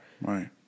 Right